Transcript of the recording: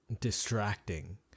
distracting